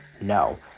No